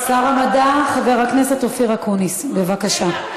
שר המדע חבר הכנסת אופיר אקוניס, בבקשה.